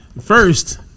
First